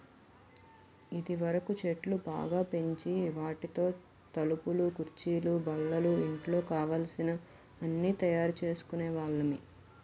ఇదివరకు చెట్లు బాగా పెంచి వాటితో తలుపులు కుర్చీలు బల్లలు ఇంట్లో కావలసిన అన్నీ తయారు చేసుకునే వాళ్ళమి